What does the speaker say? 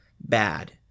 bad